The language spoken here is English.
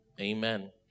Amen